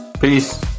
Peace